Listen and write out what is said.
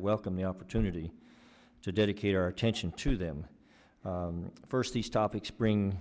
welcome the opportunity to dedicate our attention to them first these topics bring